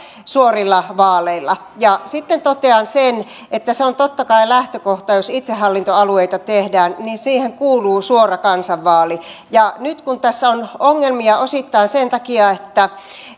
suorilla vaaleilla sitten totean sen että se on totta kai lähtökohta että jos itsehallintoalueita tehdään niin siihen kuuluu suora kansanvaali nyt kun tässä on ongelmia osittain sen takia että